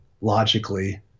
logically